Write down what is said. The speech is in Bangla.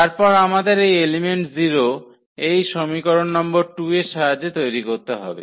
তারপর আমাদের এই এলিমেন্ট 0 এই সমীকরণ নম্বর 2 এর সাহায্যে তৈরি করতে হবে